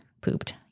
pooped